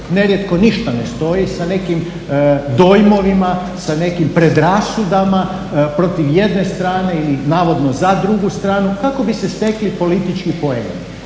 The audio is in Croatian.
nerijetko ništa ne stoji, sa nekim dojmovima, sa nekim predrasudama protiv jedne strane i navodno za drugu stranu kako bi se stekli politički poeni.